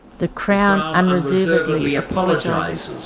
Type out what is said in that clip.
the crown unreservedly apologizes